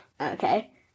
Okay